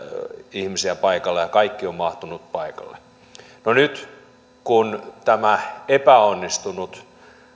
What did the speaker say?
ihmisiä paikalla ja kaikki ovat mahtuneet paikalle no nyt kun tämä epäonnistunut